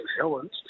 Helens